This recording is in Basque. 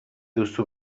duzu